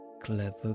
clever